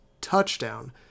touchdown